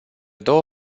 două